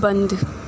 بند